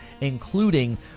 including